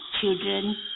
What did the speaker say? children